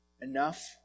enough